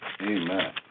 Amen